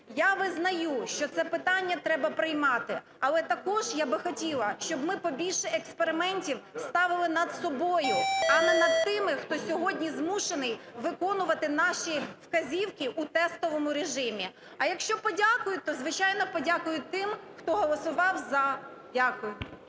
Я визнаю, що це питання треба приймати. Але також я би хотіла, щоб ми побільше експериментів ставили над собою, а не над тими, хто сьогодні змушений виконувати наші вказівки у тестовому режимі. А якщо подякують, то, звичайно, подякують тим, хто голосував "за". Дякую.